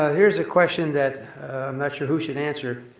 here is a question that i'm not sure who should answer.